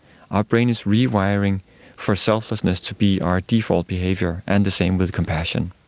our brain is rewiring for selflessness to be our default behaviour, and the same with compassion.